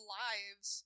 lives